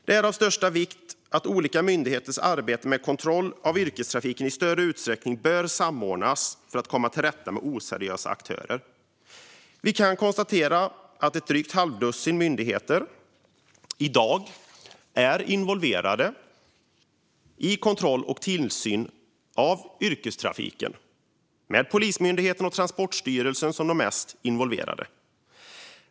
Det är av största vikt att olika myndigheters arbete med kontroll av yrkestrafiken i större utsträckning samordnas för att komma till rätta med oseriösa aktörer. Vi kan konstatera att ett drygt halvdussin myndigheter i dag är involverade i kontroll och tillsyn av yrkestrafiken, med Polismyndigheten och Transportstyrelsen som de mest involverade.